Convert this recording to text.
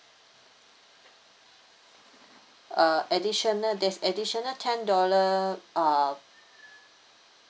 uh additional there's additional ten dollar uh